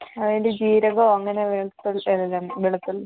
അതില് ജീരകമോ അങ്ങനെ വെളിത്തുള്ളി വെളുത്തുള്ളി